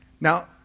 Now